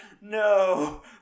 no